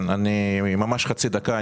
כן, אני ממש חצי דקה.